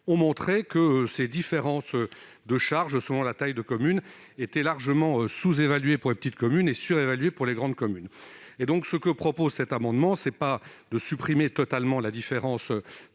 montrent que ces différences de charges selon la taille des communes sont largement sous-évaluées pour les petites communes et surévaluées pour les grandes communes. Cet amendement vise donc, non pas à supprimer totalement la différence